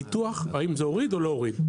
ניתוח האם זה הוריד או לא הוריד,